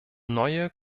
neue